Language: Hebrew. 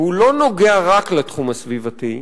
והוא לא נוגע רק לתחום הסביבתי,